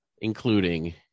including